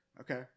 Okay